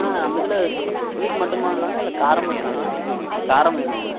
ஆ அந்த இதில் ஸ்வீட் மட்டும் தானாங்கண்ணா இல்லை காரமும் இருக்காங்கண்ணா காரமும் வேணுங்கண்ணா